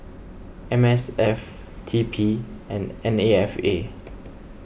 M S F T P and N A F A